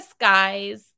guys